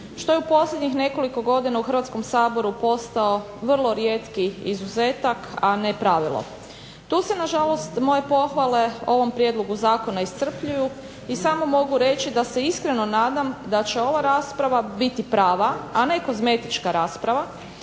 što je u posljednjih nekoliko godina u Hrvatskom saboru postao vrlo rijetki izuzetak, a ne pravilo. Tu se nažalost moje pohvale ovom prijedlogu zakona iscrpljuju i samo mogu reći da se iskreno nadam da će ova rasprava biti prava, a ne kozmetička rasprava